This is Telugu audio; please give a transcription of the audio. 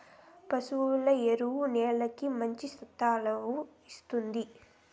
పశువుల ఎరువు నేలకి మంచి సత్తువను ఇస్తుంది